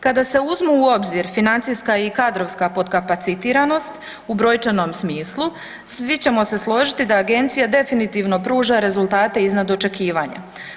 Kada se uzmu u obzir financijska i kadrovska potkapacitiranost u brojčanom smislu svi ćemo se složiti da agencija definitivno pruža rezultate iznad očekivanja.